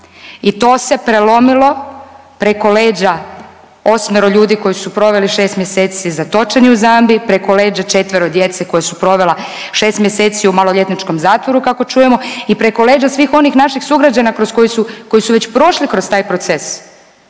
I to se prelomilo preko leđa osmero ljudi koji su proveli šest mjeseci zatočeni u Zambiji preko leđa četvero djece koja su provela šest mjeseci u maloljetničkom zatvoru kako čujemo i preko leđa svih onih naših sugrađana kroz koji su koji su već prošli kroz taj proces,